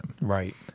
Right